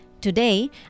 Today